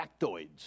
factoids